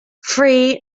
free